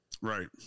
right